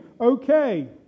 okay